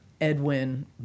Edwin